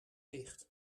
dicht